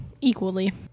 equally